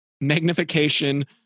magnification